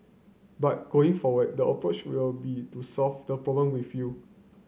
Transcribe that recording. but going forward the approach will be to solve the problem with you